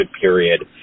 period